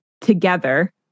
together